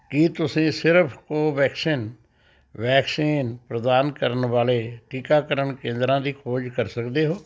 ਕੀ ਤੁਸੀਂ ਸਿਰਫ਼ Covaxin vaccine ਪ੍ਰਦਾਨ ਕਰਨ ਵਾਲੇ ਟੀਕਾਕਰਨ ਕੇਂਦਰਾਂ ਦੀ ਖੋਜ ਕਰ ਸਕਦੇ ਹੋ